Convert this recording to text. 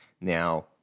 Now